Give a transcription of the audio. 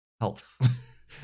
health